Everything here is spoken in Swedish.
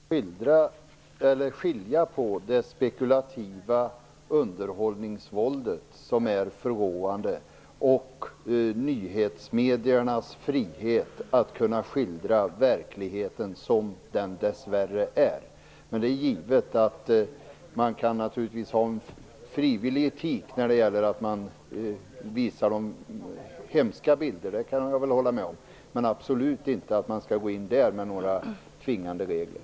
Fru talman! Det är viktigt att skilja på det spekulativa underhållningsvåldet som är förråande och nyhetsmediernas frihet att skildra verkligheten som den dess värre är. Det är givet att man frivilligt kan ha en annan etik när det gäller att visa de hemska bilderna. Det kan jag hålla med om. Men jag tycker absolut inte att man skall gå in med några tvingande regler.